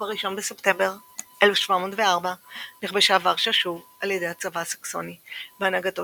ב-1 בספטמבר 1704 נכבשה ורשה שוב על ידי הצבא הסקסוני בהנהגתו